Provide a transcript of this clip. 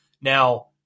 Now